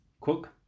cook